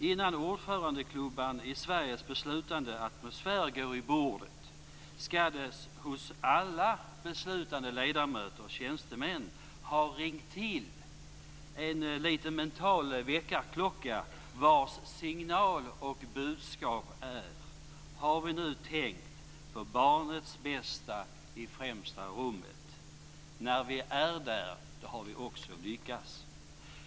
Innan ordförandeklubban i Sveriges beslutandeatmosfär går i bordet, skall det hos alla beslutande ledamöter och tjänstemän har ringt till en liten mental väckarklocka vars signal och budskap är: Har vi nu tänkt på barnets bästa i främsta rummet? När vi är där har vi lyckats.